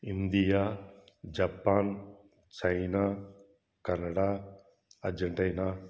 India Japan China Canada Argentina